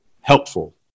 helpful